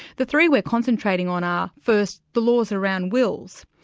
the three we're concentrating on are first the laws around wills,